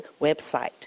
website